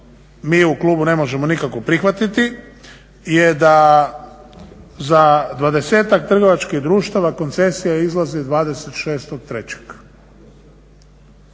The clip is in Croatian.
mi u klubu ne možemo nikako prihvatiti je da za dvadesetak trgovačkih društava koncesija izlazi 26.3.